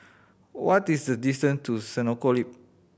what is the distance to Senoko Loop